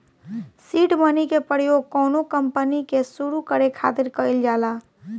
seed money के प्रयोग कौनो कंपनी के सुरु करे खातिर कईल जाला